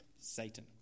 Satan